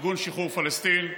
ארגון שחרור פלסטין,